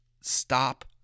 stop